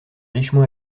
richement